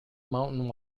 mountain